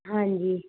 ਹਾਂਜੀ